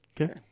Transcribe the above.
Okay